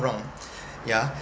wrong ya